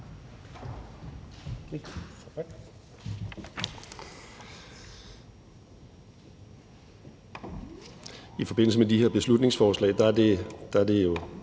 I forbindelse med de her beslutningsforslag er det jo